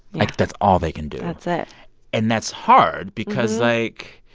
like, that's all they can do that's it and that's hard because, like,